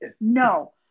No